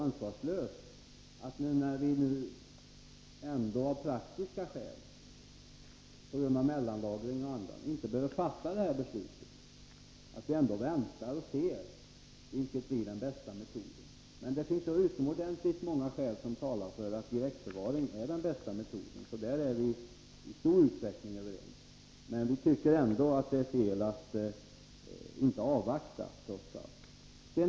När vi nu ändå av praktiska skäl — på grund av mellanlagring och annat — inte behöver fatta ett beslut, skulle det vara ansvarslöst att inte vänta och se vilket som är den bästa metoden. Men det finns utomordentligt många skäl som talar för att direktförvaring är den bästa metoden, så där är vi i stor utsträckning överens. Vi tycker dock att det är fel att inte avvakta.